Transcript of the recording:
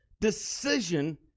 decision